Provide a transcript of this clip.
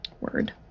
Word